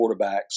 quarterbacks